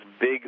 Big